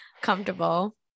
comfortable